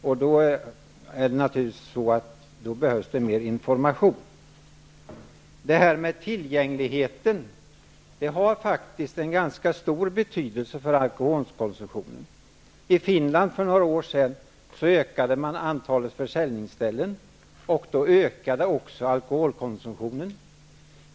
Då behövs det naturligtvis mer information. Tillgängligheten har faktiskt ganska stor betydelse för alkoholkonsumtionen. I Finland ökade man för några år sedan antalet försäljningsställen, och då ökade också alkoholkonsumtionen.